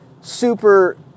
super